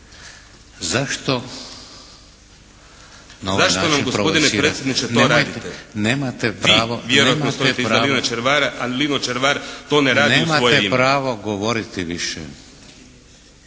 Zašto nam gospodine predsjedniče to radite. Vi vjerojatno stojite iza Lina Červara a Lino Červar to ne radi u svoje ime.